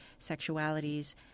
sexualities